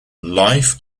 life